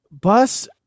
Bus